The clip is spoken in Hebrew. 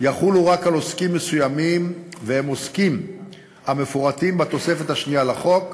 יחולו רק על עוסקים מסוימים והם העוסקים המפורטים בתוספת השנייה לחוק,